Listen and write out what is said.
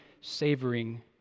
savoring